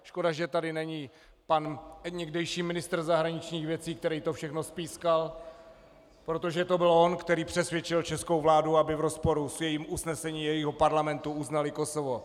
Škoda, že tady není pan někdejší ministr zahraničních věcí, který to všechno spískal, protože to byl on, který přesvědčil českou vládu, aby v rozporu s jejím usnesením, jejího parlamentu, uznali Kosovo.